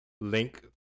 link